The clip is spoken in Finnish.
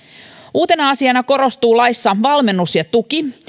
uutena asiana korostuu laissa valmennus ja tuki